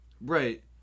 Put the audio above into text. Right